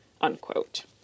unquote